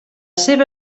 seva